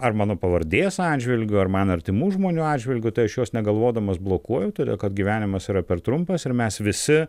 ar mano pavardės atžvilgiu ar man artimų žmonių atžvilgiu tai aš juos negalvodamas blokuoju todėl kad gyvenimas yra per trumpas ir mes visi